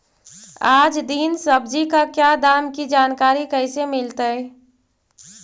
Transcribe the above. आज दीन सब्जी का क्या दाम की जानकारी कैसे मीलतय?